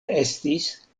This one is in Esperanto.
estis